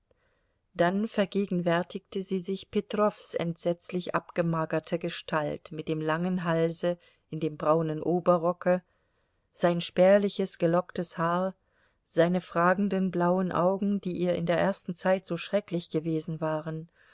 dann vergegenwärtigte sie sich petrows entsetzlich abgemagerte gestalt mit dem langen halse in dem braunen oberrocke sein spärliches gelocktes haar seine fragenden blauen augen die ihr in der ersten zeit so schrecklich gewesen waren